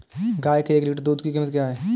गाय के एक लीटर दूध की क्या कीमत है?